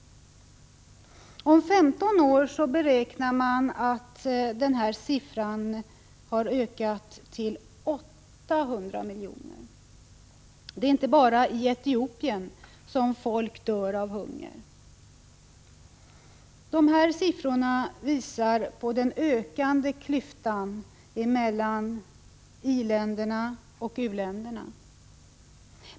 Om 15 år beräknar man att den siffran har ökat till 800 miljoner. Det är inte bara i Etiopien som folk dör av hunger. Dessa siffror visar på den ökande klyftan mellan i-länder och u-länder.